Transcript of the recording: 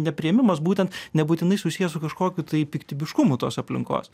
nepriėmimas būtent nebūtinai susijęs su kažkokiu tai piktybiškumu tos aplinkos